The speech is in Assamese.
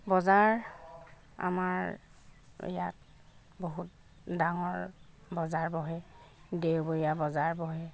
বজাৰ আমাৰ ইয়াত বহুত ডাঙৰ বজাৰ বহে দেওবৰীয়া বজাৰ বহে